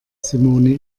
simone